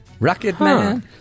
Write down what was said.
Rocketman